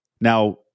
Now